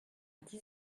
dix